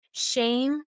Shame